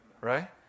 Right